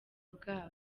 bwabo